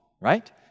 right